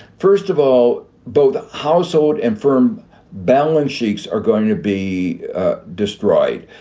first of all, both household and firm balance sheets are going to be destroyed.